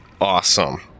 Awesome